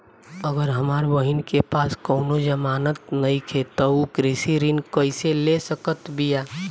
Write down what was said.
अगर हमार बहिन के पास कउनों जमानत नइखें त उ कृषि ऋण कइसे ले सकत बिया?